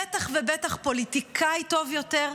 בטח ובטח פוליטיקאי טוב יותר,